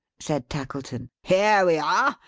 said tackleton. here we are!